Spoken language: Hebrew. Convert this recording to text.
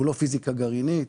הוא לא פיזיקה גרעינית,